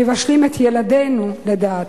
מבשלים את ילדינו לדעת.